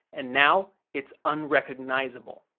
and now it's unrecognizable.